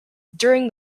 during